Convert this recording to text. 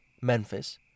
Memphis